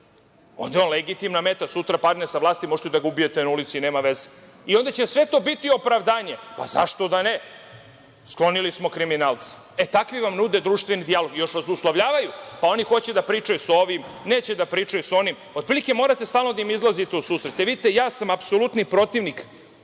onda je on legitimna meta. Sutra padne sa vlasti, možete da ga ubijete na ulici i nema veze. I onda će sve to biti opravdanje – pa, zašto da ne, sklonili smo kriminalca. Takvi vam nude društveni dijalog i još vas uslovljavaju, pa oni hoće da pričaju sa onim, neće da pričaju sa onim. Otprilike, morate stalno da im izlazite u susret. E, vidite, ja sam apsolutni protivnik